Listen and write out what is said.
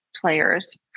players